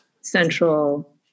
central